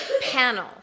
panel